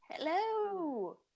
hello